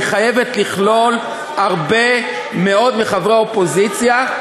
היא חייבת לכלול הרבה מאוד מחברי האופוזיציה.